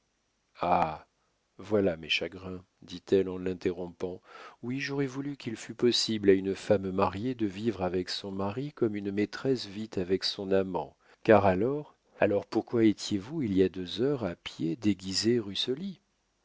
voilà mes chagrins dit-elle en l'interrompant oui j'aurais voulu qu'il fût possible à une femme mariée de vivre avec son mari comme une maîtresse vit avec son amant car alors alors pourquoi étiez-vous il y a deux heures à pied déguisée